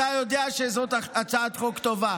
אתה יודע שזאת הצעת חוק טובה.